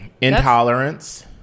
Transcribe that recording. Intolerance